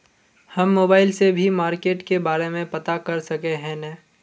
हम मोबाईल से भी मार्केट के बारे में पता कर सके है नय?